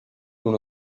dont